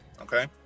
okay